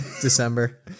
December